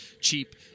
cheap